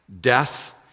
Death